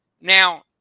Now